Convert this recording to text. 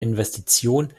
investition